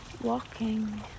walking